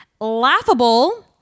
Laughable